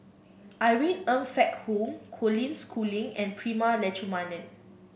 Irene Ng Phek Hoong Colin Schooling and Prema Letchumanan